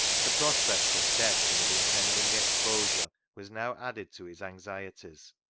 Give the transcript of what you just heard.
the prospect of debt and of impending exposure was now added to his anxieties,